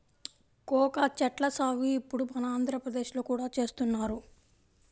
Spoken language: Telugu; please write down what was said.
కోకా చెట్ల సాగు ఇప్పుడు మన ఆంధ్రప్రదేశ్ లో కూడా చేస్తున్నారు